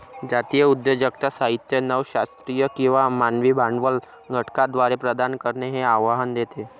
जातीय उद्योजकता साहित्य नव शास्त्रीय किंवा मानवी भांडवल घटकांद्वारे प्रदान करणे हे आव्हान देते